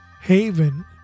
haven